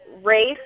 race